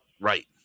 Right